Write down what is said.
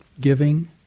giving